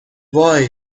وای